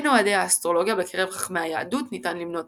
בין אוהדי האסטרולוגיה בקרב חכמי היהדות ניתן למנות